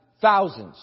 thousands